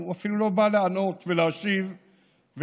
הוא אפילו לא בא לענות ולהשיב ולסכם,